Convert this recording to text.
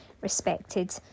respected